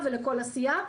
ומשום מה הוא לא הגיע.